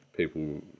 People